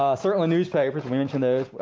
ah certainly, newspapers, we mentioned those.